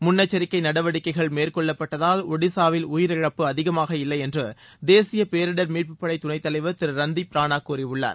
முன்னெச்சிக்கை நடவடிக்கைகள் மேற்கொள்ளப்பட்டதால் ஒடிசாவில் உயிரிழப்பு அதிகமாக இல்லை என்று தேசிய பேரிடர் மீட்பு படை துணை தலைவர் திரு ரன்தீப் ராணா கூறியுள்ளார்